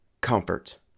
comfort